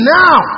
now